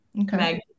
Okay